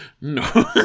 No